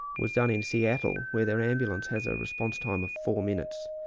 was done in seattle, where their ambulance has a response time of four minutes,